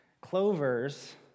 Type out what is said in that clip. Clovers